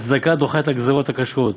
"הצדקה דוחה את הגזירות הקשות,